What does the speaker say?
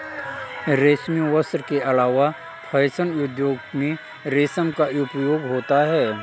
रेशमी वस्त्र के अलावा फैशन उद्योग में रेशम का उपयोग होता है